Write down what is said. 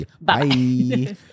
bye